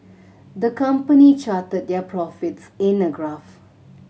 the company charted their profits in a graph